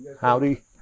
Howdy